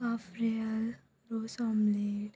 काफ्रियाल रोस ऑमलेट